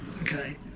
Okay